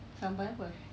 sampai apa